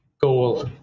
goal